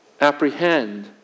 apprehend